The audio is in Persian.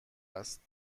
است